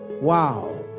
Wow